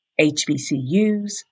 HBCUs